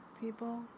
people